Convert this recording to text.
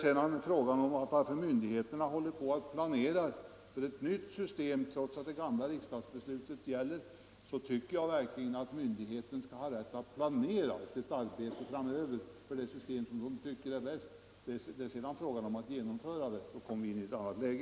På frågan om varför myndigheterna håller på att planera för ett nytt system trots att det gamla riksdagsbeslutet gäller tycker jag verkligen att myndigheterna skall ha rätt att planera sitt arbete framöver för det system som de tycker är bäst. Det är sedan fråga om att genomföra det, och då kommer vi in i ett annat läge.